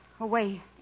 away